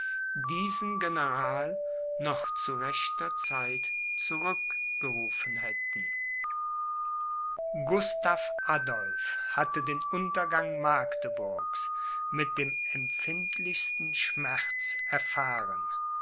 diesen general noch zu rechter zeit zurückgerufen hätten gustav adolph hatte den untergang magdeburgs mit dem empfindlichsten schmerz erfahren